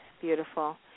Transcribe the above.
Beautiful